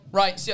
right